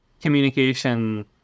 communication